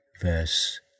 verse